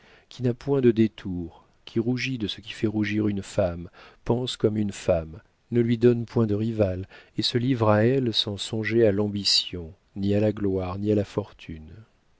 qui n'a point de détours qui rougit de ce qui fait rougir une femme pense comme une femme ne lui donne point de rivales et se livre à elle sans songer à l'ambition ni à la gloire ni à la fortune